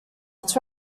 its